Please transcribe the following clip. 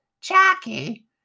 Jackie